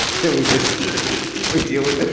can we just can we deal with this?